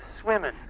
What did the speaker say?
swimming